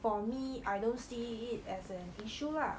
for me I don't see it as an issue lah